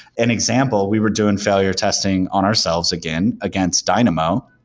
an example, we were doing failure testing on ourselves again against dynamo,